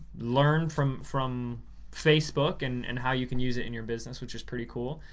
learn from from facebook and and how you can use it in your business which is pretty cool,